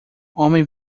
homem